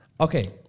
Okay